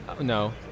No